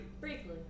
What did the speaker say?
Briefly